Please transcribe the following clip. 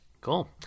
Cool